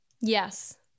Yes